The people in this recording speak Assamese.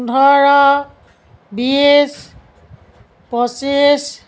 পোন্ধৰ বিছ পঁচিছ